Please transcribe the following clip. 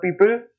people